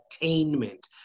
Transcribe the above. attainment